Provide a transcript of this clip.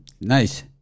Nice